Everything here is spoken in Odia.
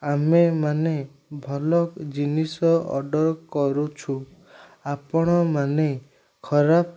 ଆମେମାନେ ଭଲ ଜିନିଷ ଅର୍ଡ଼ର୍ କରୁଛୁ ଆପଣମାନେ ଖରାପ୍